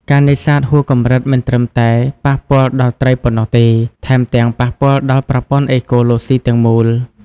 ការនេសាទហួសកម្រិតមិនត្រឹមតែប៉ះពាល់ដល់ត្រីប៉ុណ្ណោះទេ ថែមទាំងប៉ះពាល់ដល់ប្រព័ន្ធអេកូឡូស៊ីទាំងមូល។